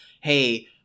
hey